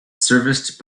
serviced